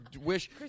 wish